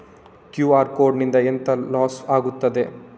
QR code ನಿಂದ ಎಂತ loss ಆಗ್ತದೆ?